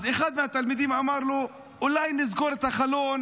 אז אחד מהתלמידים אמר לו, אולי נסגור את החלון